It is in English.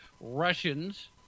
Russians